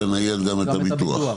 אלא לנייד גם את הביטוח.